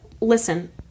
listen